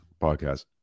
podcast